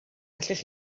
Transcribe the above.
allwch